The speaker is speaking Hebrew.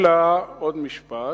אלא, עוד משפט,